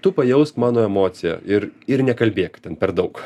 tu pajausk mano emociją ir ir nekalbėk ten per daug